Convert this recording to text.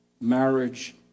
marriage